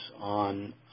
on